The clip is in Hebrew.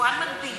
יבואן מקביל,